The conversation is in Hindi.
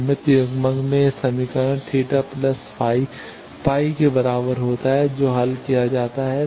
सममित युग्मक में यह समीकरण θ φ π होता है जो हल किया जाता है